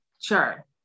Sure